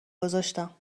گذاشتم